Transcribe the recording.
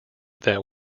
that